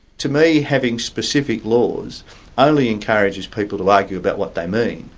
to me, having specific laws only encourages people to argue about what they mean,